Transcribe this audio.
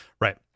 right